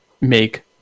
make